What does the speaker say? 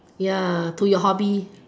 ya to your hobby